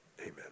Amen